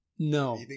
No